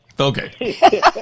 okay